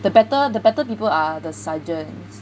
the better the better people are the sergeants